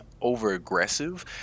over-aggressive